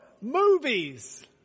movies